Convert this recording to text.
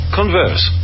converse